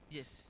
Yes